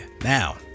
now